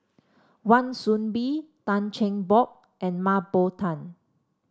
Wan Soon Bee Tan Cheng Bock and Mah Bow Tan